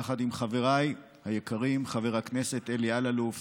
יחד עם חבריי היקרים חבר הכנסת אלי אלאלוף